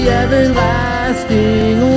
everlasting